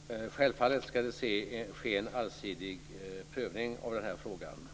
Fru talman! Självfallet ska det ske en allsidig prövning av den här frågan.